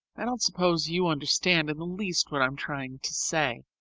i don't suppose you understand in the least what i am trying to say.